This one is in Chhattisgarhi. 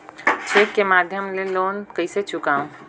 चेक के माध्यम ले लोन कइसे चुकांव?